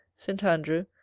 st. andrew,